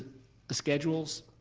schedules.